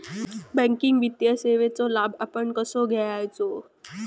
Banking वित्तीय सेवाचो लाभ आपण कसो घेयाचो?